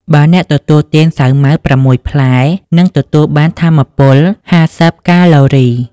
បើអ្នកទទួលទានសាវម៉ាវ ៦ផ្លែ និងទទួលបានថាមពល ៥០កាឡូរី ។